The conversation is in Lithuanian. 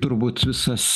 turbūt visas